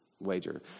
Wager